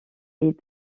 est